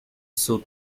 sung